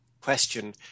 question